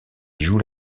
joue